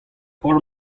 hor